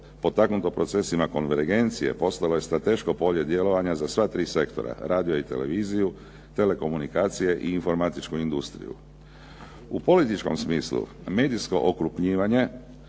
… /Govornik se ne razumije./ … postalo je strateško polje djelovanja za sva 3 sektora, radio i televiziju, telekomunikacije i informatičku industriju. U političkom smislu medijsko okrupnjivanje